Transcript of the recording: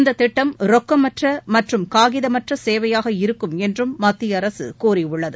இந்தத் திட்டம் ரொக்கமற்றமற்றும் காகிதமற்றசேவையாக இருக்குமென்றும் மத்தியஅரசுகூறியுள்ளது